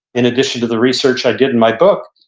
in addition to the research i did in my book,